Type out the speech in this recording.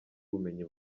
ubumenyi